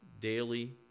daily